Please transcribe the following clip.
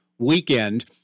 weekend